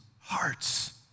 hearts